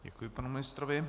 Děkuji panu ministrovi.